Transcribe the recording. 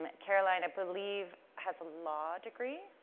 but caroline, i believe has a law degree,